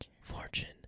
Fortune